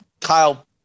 Kyle